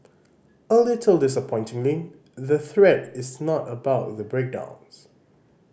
a little disappointingly the thread is not about the breakdowns